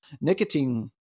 nicotine